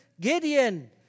Gideon